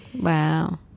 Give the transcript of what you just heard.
Wow